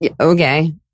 okay